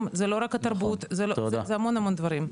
ולא רק התרבות זה גם המון המון דברים.